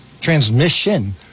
transmission